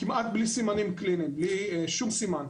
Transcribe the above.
כמעט בלי סימנים קליניים על העופות.